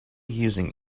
using